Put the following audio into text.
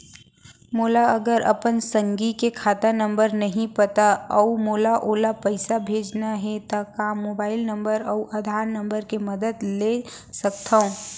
मोला अगर अपन संगी के खाता नंबर नहीं पता अऊ मोला ओला पइसा भेजना हे ता का मोबाईल नंबर अऊ आधार नंबर के मदद ले सकथव?